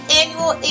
annual